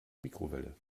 mikrowelle